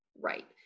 right